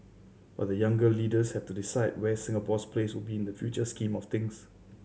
but the younger leaders have to decide where Singapore's place will be in this future scheme of things